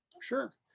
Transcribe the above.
Sure